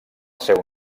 seu